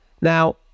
Now